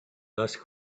lost